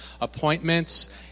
appointments